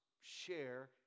share